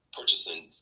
purchasing